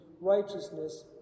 righteousness